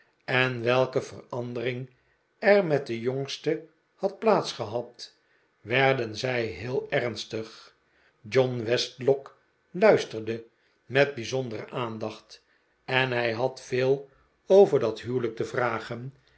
en welke verandering er met de jongste had plaats gehad werden zij heel ernstig john westlock luisterde met bijzondere aandacht en hij had veel over dat huwelijk te vragen